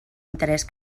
interès